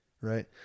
right